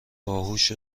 باهوشو